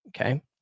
Okay